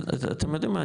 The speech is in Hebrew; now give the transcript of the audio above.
אתם יודעים מה,